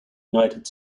united